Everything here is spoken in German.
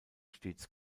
stets